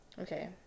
Okay